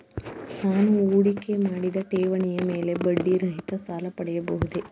ನಾನು ಹೂಡಿಕೆ ಮಾಡಿದ ಠೇವಣಿಯ ಮೇಲೆ ಬಡ್ಡಿ ರಹಿತ ಸಾಲ ಪಡೆಯಬಹುದೇ?